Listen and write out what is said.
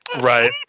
Right